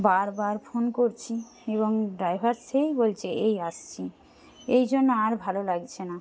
বার বার ফোন করছি এবং ড্রাইভার সেই বলছে এই আসছি এই জন্য আর ভালো লাগছে না